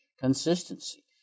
consistency